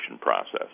process